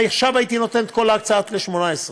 עכשיו הייתי נותן את כל ההקצאות ל-2018,